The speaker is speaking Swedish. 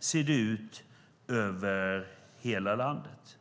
ser det ut i hela landet.